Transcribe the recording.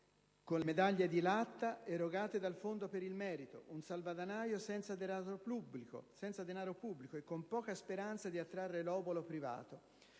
con le medaglie di latta erogate dal Fondo per il merito, un salvadanaio senza denaro pubblico e con poca speranza di attrarre l'obolo privato.